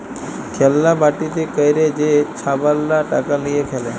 খেল্লা বাটিতে ক্যইরে যে ছাবালরা টাকা লিঁয়ে খেলে